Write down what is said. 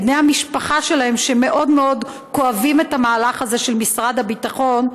בני המשפחה שלהם שמאוד מאוד כואבים את המהלך הזה של משרד הביטחון,